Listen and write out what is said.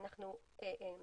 שאין